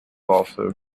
also